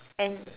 and